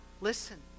listen